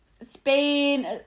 Spain